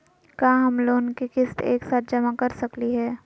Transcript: का हम लोन के किस्त एक साथ जमा कर सकली हे?